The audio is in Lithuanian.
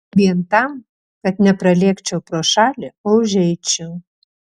vien tam kad nepralėkčiau pro šalį o užeičiau